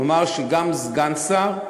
כלומר, שגם סגן שר,